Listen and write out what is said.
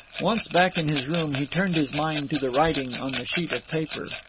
once back in his room he turned his mind to the writing on the sheet of paper.